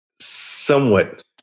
somewhat